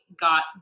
got